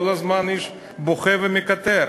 כל הזמן בוכה ומקטר.